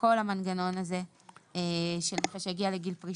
כל המנגנון הזה של מי שהגיע לגיל פרישה.